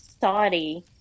Saudi